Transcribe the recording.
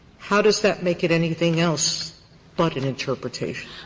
how does that make it anything else but an interpretation?